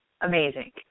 amazing